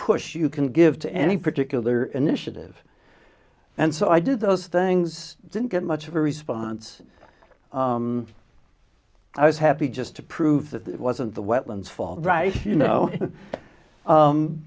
push you can give to any particular initiative and so i did those things didn't get much of a response i was happy just to prove that it wasn't the wetlands far right you know